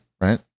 right